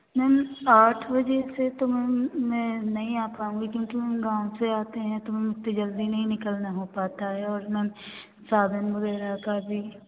ma'am आठवें दिन से तो मैम मैं नहीं आ पाऊँगी क्योंकि हम गाँव से आते हैं तो हम इतनी जल्दी नहीं निकलना हो पाता है और मैम साधन वगैरह का भी